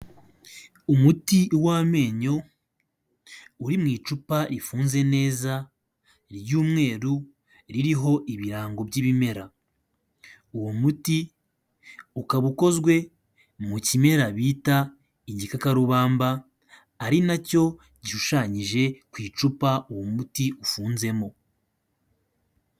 Umuti w'amenyo uri mu icupa rifunze neza ry'umweru ririho ibirango by'ibimera uwo muti ukaba ukozwe mu kimera bita igikakarubamba ari nacyo gishushanyije ku icupa uwo muti ufunzemo.